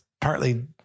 partly